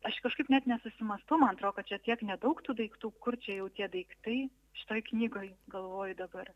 aš kažkaip net nesusimąstau man atrodo čia tiek nedaug tų daiktų kur čia jau tie daiktai šitoj knygoj galvoju dabar